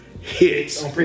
hits